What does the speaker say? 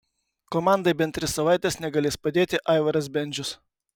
komandai bent tris savaites negalės padėti aivaras bendžius